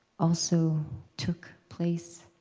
also took place.